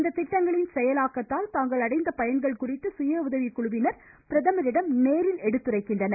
இத்திட்டங்களின் செயலாக்கத்தால் தாங்கள் அடைந்த பயன்கள் குறித்து சுயஉதவிக் குழுவினர் பிரதமரிடம் நேரில் எடுத்துரைக்கின்றனர்